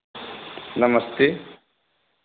नमस्ते